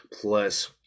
plus